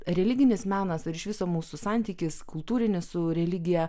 religinis menas ar iš viso mūsų santykis kultūrinis su religija